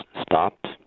stopped